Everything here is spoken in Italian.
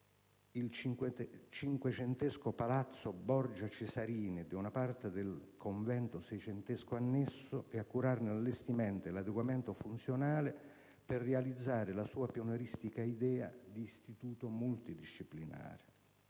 il cinquecentesco palazzo Borgia Cesarini e una parte del convento seicentesco annesso e a curarne l'allestimento e l'adeguamento funzionale per realizzare la sua pionieristica idea di istituto multidisciplinare.